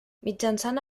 mitjançant